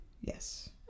yes